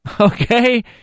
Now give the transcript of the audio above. okay